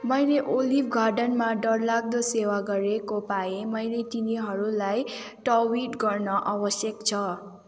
मैले ओलिभ गार्डनमा डरलाग्दो सेवा गरेको पाएँ मैले तिनीहरूलाई ट्विट गर्न आवश्यक छ